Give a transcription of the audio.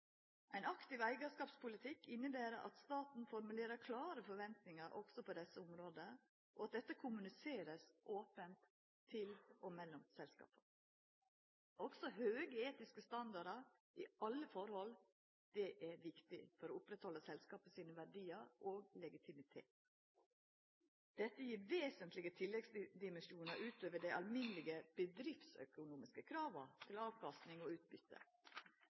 Ein aktiv eigarskapspolitikk inneber at staten formulerer klare forventingar også på desse områda, og at dette vert kommunisert ope til og mellom selskapa. Også høge etiske standardar i alle forhold er viktig for å halda ved lag selskapas verdiar og legitimitet. Dette gjev vesentlege tilleggsdimensjonar utover dei alminnelege bedriftsøkonomiske krava til avkasting og utbyte,